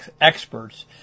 experts